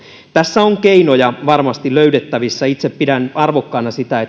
tässä on keinoja varmasti löydettävissä itse pidän arvokkaana sitä että